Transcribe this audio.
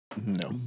No